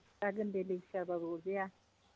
जागोन दे देसियाबाबो अरजाया